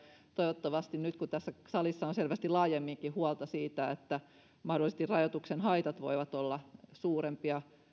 toivottavasti nyt kun tässä salissa on selvästi laajemminkin huolta siitä että mahdollisesti rajoituksen haitat voivat olla suurempia